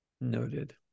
Noted